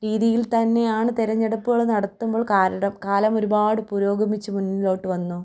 രീതിയിൽത്തന്നെയാണ് തിരഞ്ഞെടുപ്പുകൾ നടത്തുമ്പോൾ കാലമൊരുപാട് പുരോഗമിച്ച് മുന്നിലോട്ട് വന്നു